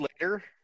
later